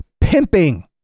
pimping